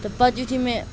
تہٕ پَتہٕ یُتھٕے مےٚ